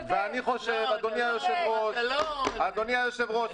אדוני היושב-ראש,